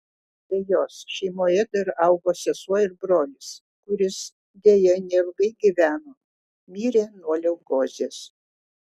be jos šeimoje dar augo sesuo ir brolis kuris deja neilgai gyveno mirė nuo leukozės